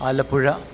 Alappuzha